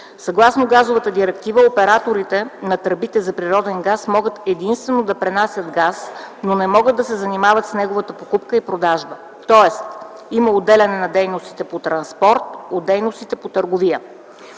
Съгласно газовата директива, операторите на тръбите за природен газ могат единствено да пренасят газ, но не могат да се занимават с неговата покупка и продажба. Тоест има отделяне на дейностите по транспорт от дейностите по търговия.